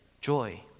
joy